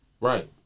Right